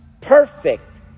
perfect